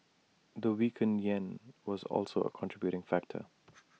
the weakened Yen was also A contributing factor